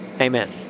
Amen